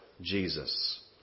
Jesus